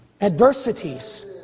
Adversities